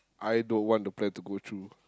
I don't want the plan to go through